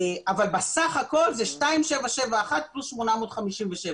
אבל בסך הכול זה 2,771 פלוס 857,